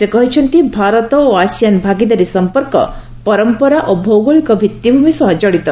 ସେ କହିଛନ୍ତି ଭାରତ ଓ ଆସିଆନ୍ ଭାଗିଦାରୀ ସମ୍ପର୍କ ପରମ୍ପରା ଓ ଭୌଗଳିକ ଭିଭିମି ସହ ଜଡ଼ିତ